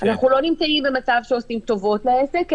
אנחנו לא נמצאים במצב שעושים טובות לעסק,